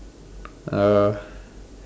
uh